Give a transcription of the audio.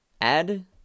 add